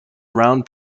round